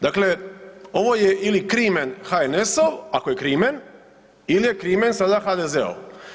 Dakle, ovo je ili krimen HNS-ov ako je krimen ili je krimen sada HDZ-ov?